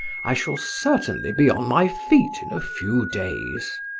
i shall certainly be on my feet in a few days.